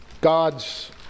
God's